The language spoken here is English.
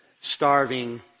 starving